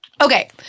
Okay